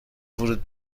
ورود